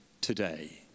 today